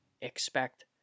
expect